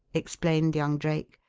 explained young drake.